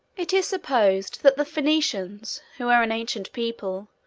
it is supposed that the phoenicians, who were an ancient people,